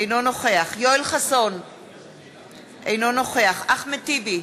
אינו נוכח יואל חסון, אינו נוכח אחמד טיבי,